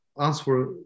answer